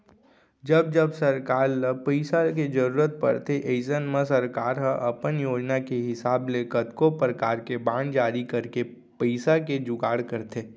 जब जब सरकार ल पइसा के जरूरत परथे अइसन म सरकार ह अपन योजना के हिसाब ले कतको परकार के बांड जारी करके पइसा के जुगाड़ करथे